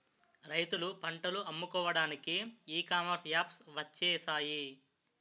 రైతులు పంటలు అమ్ముకోవడానికి ఈ కామర్స్ యాప్స్ వచ్చేసాయి